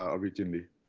um originally.